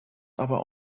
aber